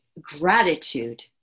gratitude